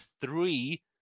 three